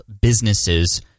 businesses